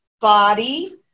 body